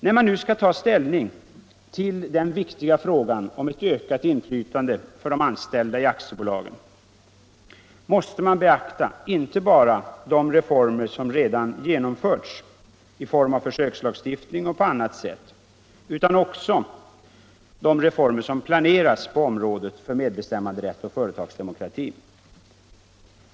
När man nu skall ta ställning till den viktiga frågan om ökat inflytande för de anställda i aktiebolagen måste man beakta inte bara de reformer som redan genomförts i form av lagstiftning och på annat sätt utan också de reformer som planeras på området för medbestämmanderätt och företagsdemokrati.